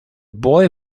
boy